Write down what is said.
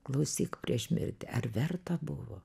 klausyk prieš mirtį ar verta buvo